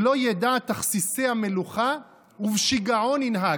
לא ידע תכסיסי המלוכה ובשיגעון ינהג"